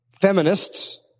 feminists